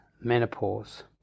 menopause